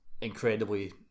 incredibly